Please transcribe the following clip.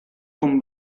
con